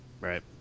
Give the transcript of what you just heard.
Right